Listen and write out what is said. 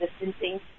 distancing